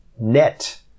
Net